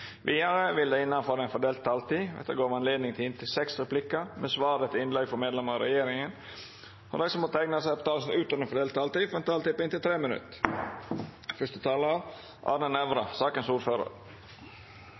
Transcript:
Vidare vil det – innanfor den fordelte taletida – verta gjeve anledning til inntil seks replikkar med svar etter innlegg frå medlemer av regjeringa, og dei som måtte teikna seg på talarlista utover den fordelte taletida, får også ei taletid på inntil 3 minutt.